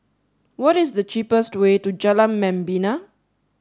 what is the cheapest way to Jalan Membina